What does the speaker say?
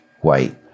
white